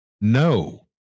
No